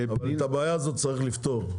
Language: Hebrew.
את הבעיה הזאת צריך לפתור,